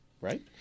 Right